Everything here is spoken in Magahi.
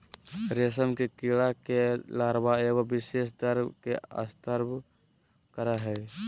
रेशम के कीड़ा के लार्वा एगो विशेष द्रव के स्त्राव करय हइ